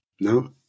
no